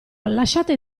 lasciate